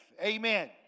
Amen